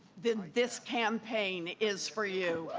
then this campaign is for you.